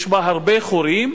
יש בה הרבה חורים.